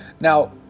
Now